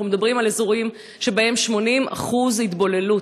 אנחנו מדברים על אזורים שבהם 80% התבוללות,